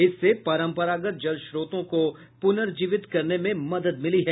इससे परंपरागत जलस्रोतों को पुनर्जीवित करने में मदद मिली है